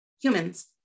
humans